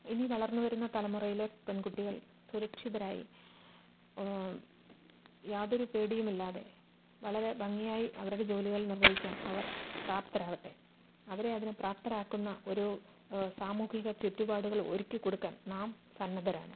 ഇനി വളർന്നു വരുന്ന തലമുറയിലെ പെൺകുട്ടികൾ സുരക്ഷിതരായി യാതൊരു പേടിയുമില്ലാതെ വളരെ ഭംഗിയായി അവരുടെ ജോലികൾ നിർവഹിക്കാൻ അവർ പ്രാപ്തരാവട്ടെ അവരെ അതിനു പ്രാപ്തരാക്കുന്ന ഒരു സാമൂഹിക ചുറ്റുപാടുകൾ ഒരുക്കി കൊടുക്കാൻ നാം സന്നദ്ധരാണ്